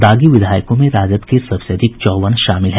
दागी विधायकों में राजद के सबसे अधिक चौवन शामिल हैं